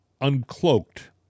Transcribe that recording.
uncloaked